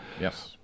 Yes